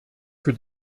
für